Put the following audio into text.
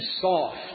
soft